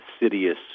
insidious